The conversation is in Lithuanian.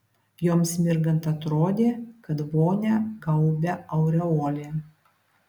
joms mirgant atrodė kad vonią gaubia aureolė